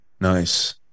Nice